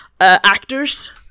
actors